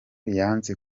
yanze